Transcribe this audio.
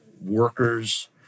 workers